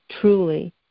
truly